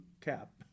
cap